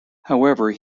however